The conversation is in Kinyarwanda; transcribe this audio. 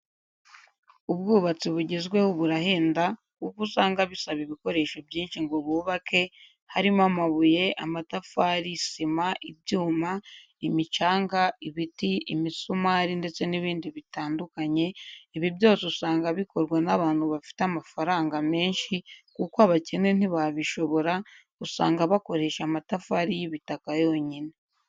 Ubwubatsi bugezweho burahenda kuko usanga bisaba ibikoresho byinshi ngo bubake, harimo: amabuye, amatafari, sima, ibyuma, imicanga, ibiti, imisumari ndetse n'ibindi bitandukanye, ibi byose usanga bikorwa n'abantu bafite amafaranga menshi kuko abakene ntibabishobora, usanga bakoresha amatafari y'ibitaka yonyine.